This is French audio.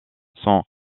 sont